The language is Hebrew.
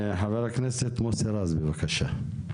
חה"כ מוסי רז, בבקשה.